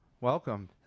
welcome